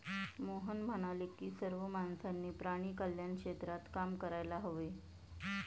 मोहन म्हणाले की सर्व माणसांनी प्राणी कल्याण क्षेत्रात काम करायला हवे